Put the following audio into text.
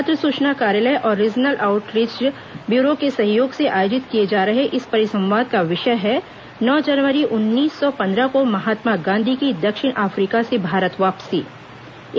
पत्र सूचना कार्यालय और रीजनल आऊटरीच ब्यूरो के सहयोग से आयोजित किए जा रहे इस परिसंवाद का विषय है नौ जनवरी उन्नीस सौ पंद्रह को महात्मा गांधी की दक्षिण अफ्रीका से भारत वापसी